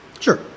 Sure